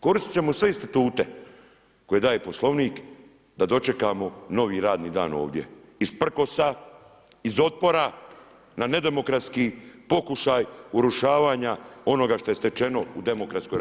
Koristiti ćemo sve institute, koje daje Poslovnik, da dočekamo novi radni dan ovdje iz prkosa, iz otpora, na nedemokratski pokušaj urušavanja onoga što je stečeno u demokratskoj RH.